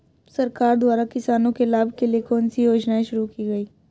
सरकार द्वारा किसानों के लाभ के लिए कौन सी योजनाएँ शुरू की गईं?